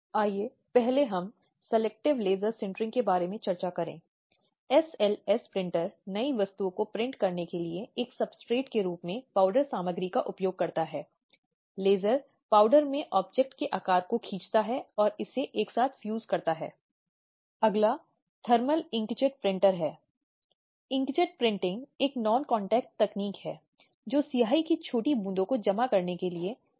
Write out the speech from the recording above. यह आम तौर पर किसी भी रिश्ते में अपमानजनक व्यवहार का एक स्वरूप है जिसका उपयोग एक साथी द्वारा दूसरे अंतरंग साथी पर सत्ता हासिल करने या बनाए रखने के लिए किया जाता है